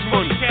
Money